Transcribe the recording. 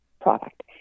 product